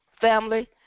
family